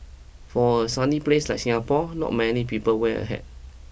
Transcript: for a sunny place like Singapore not many people wear a hat